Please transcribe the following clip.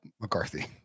McCarthy